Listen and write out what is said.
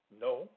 No